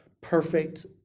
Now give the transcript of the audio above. perfect